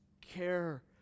care